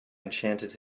enchanted